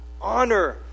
honor